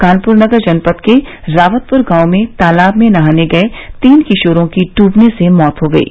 कानपुर नगर जनपद के रावतपुर गांव में तालाब में नहाने गये तीन किशोरों की डूबने से मौत हो गयी